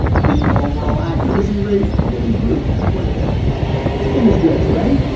the overall accuracy rate would improve quite a bit in the spiel today.